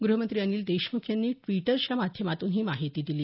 गृहमंत्री अनिल देशमुख यांनी ड्विटरच्या माध्यमातून ही माहिती दिली